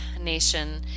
Nation